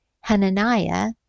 Hananiah